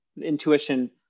Intuition